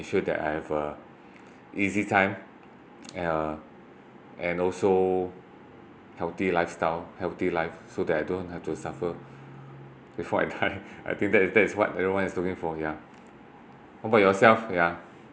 make sure that I have a easy time uh and also healthy lifestyle healthy life so that I don't have to suffer before I die I think that is what everyone is looking for ya how about yourself yeah